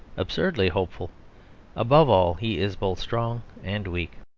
absurdly hopeful above all, he is both strong and weak.